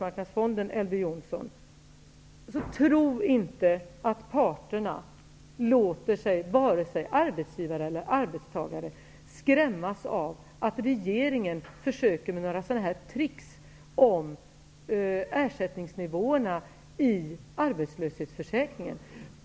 Jonsson, vill jag säga: Tro inte att parterna, vare sig arbetsgivare eller arbetstagare, låter sig skrämmas av att regeringen försöker trixa med ersättningsnivåerna i arbetslöshetsförsäkringen!